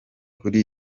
kuri